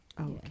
Okay